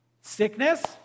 Sickness